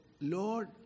Lord